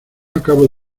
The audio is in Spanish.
acabo